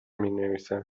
مینویسم